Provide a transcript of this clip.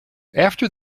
after